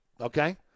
Okay